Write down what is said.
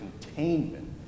containment